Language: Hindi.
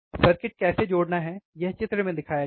सर्किट कैसे जुड़ा है यह चित्र में दिखाया गया है